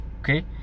okay